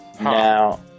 Now